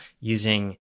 using